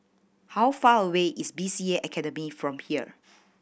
how far away is B C A Academy from here